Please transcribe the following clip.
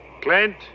Clint